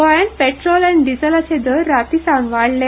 गोयांत पेट्रोल आनी डिझॅलाचे दर रातींसावन वाडले